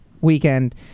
weekend